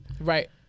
Right